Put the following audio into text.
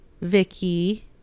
Vicky